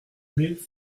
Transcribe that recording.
mille